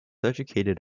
educated